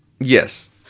Yes